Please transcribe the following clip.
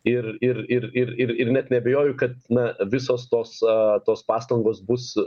ir ir ir ir ir ir net neabejoju kad na visos tos a tos pastangos bus